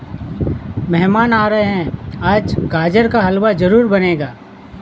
मेहमान आ रहे है, आज गाजर का हलवा जरूर बनेगा